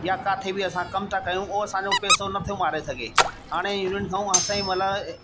या काथे बि असां कमु था कयूं उहो असांजो पैसो नथो मारे सघे हाणे यूनियन खां असांजी मतलबु